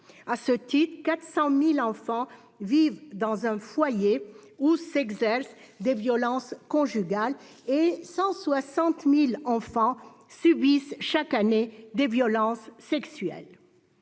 À ce titre, 400 000 enfants vivent dans un foyer où s'exercent des violences conjugales et 160 000 enfants subissent chaque année des violences sexuelles.